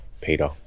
Peter